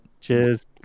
cheers